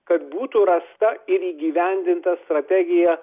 kad būtų rasta ir įgyvendinta strategija